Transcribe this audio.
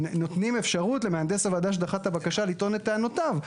נותנים אפשרות למהנדס הוועדה שדחה את הבקשה לטעון את טענותיו,